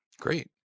Great